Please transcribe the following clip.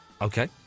Okay